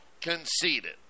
conceded